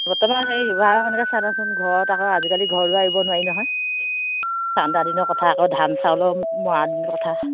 বৰ্তমান হেৰি শিৱসাগৰখনকে চাই লওঁচোন ঘৰত আকৌ আজিকালি ঘৰ দুৱাৰ এৰিব নোৱাৰি নহয় ঠাণ্ডা দিনৰ কথা আকৌ ধান চাউলৰ মৰা দিনৰ কথা